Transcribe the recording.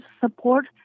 support